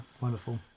wonderful